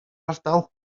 ardal